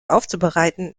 aufzubereiten